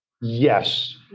Yes